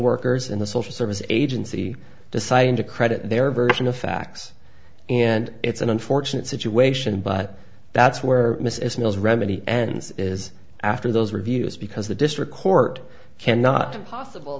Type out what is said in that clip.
workers in the social service agency decided to credit their version of facts and it's an unfortunate situation but that's where mrs mills remedy and is after those reviews because the district court cannot possible